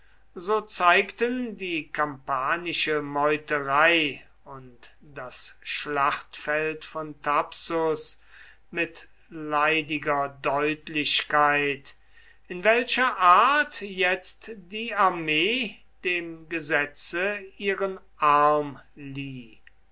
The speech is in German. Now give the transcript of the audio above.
so zeigten die kampanische meuterei und das schlachtfeld von thapsus mit leidiger deutlichkeit in welcher art jetzt die armee dem gesetze ihren arm lieh